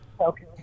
Okay